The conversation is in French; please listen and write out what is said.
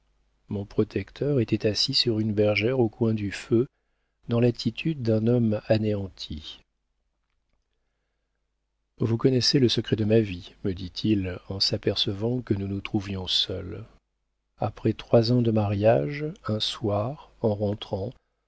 mon protecteur était assis sur une bergère au coin du feu dans l'attitude d'un homme anéanti vous connaissez le secret de ma vie me dit-il en s'apercevant que nous nous trouvions seuls après trois ans de mariage un soir en rentrant